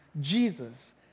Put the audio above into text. Jesus